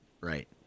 Right